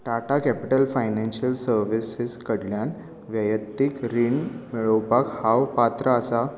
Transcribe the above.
Tata Capital Financial Services कडल्यान वैयक्तीक रीण मेळोवपाक हांव पात्र आसां